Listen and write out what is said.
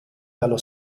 dallo